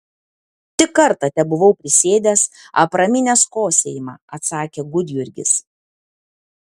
tik kartą tebuvau prisėdęs apraminęs kosėjimą atsakė gudjurgis